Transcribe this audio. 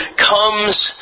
comes